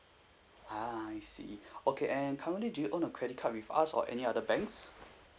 ah I see okay and currently do you own a credit card with us or any other banks